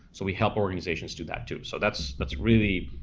so we help organizations do that too. so that's that's really,